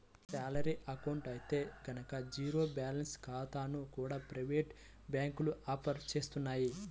salary account అయితే గనక zero balance ఖాతాలను కూడా ప్రైవేటు బ్యాంకులు ఆఫర్ చేస్తున్నాయి